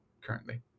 currently